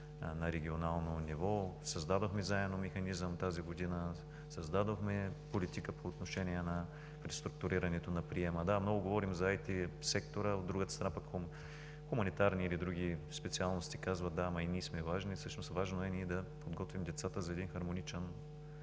на регионално ниво. Тази година заедно създадохме механизъм, създадохме и политика по отношение на преструктурирането на приема. Да, много говорим за ИТ сектора, от друга страна, хуманитарни или други специалности казват: „Да, но и ние сме важни.“ Всъщност, важно е ние да подготвим децата за един хармоничен